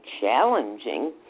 challenging